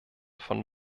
von